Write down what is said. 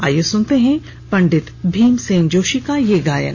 आइये सुनते हैं पंडित भीमसेन जोशी का ये गायन